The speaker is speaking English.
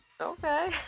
Okay